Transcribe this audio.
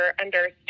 understand